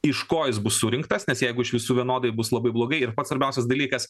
iš ko jis bus surinktas nes jeigu iš visų vienodai bus labai blogai ir pats svarbiausias dalykas